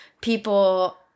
people